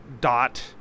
dot